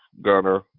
Gunner